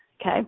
okay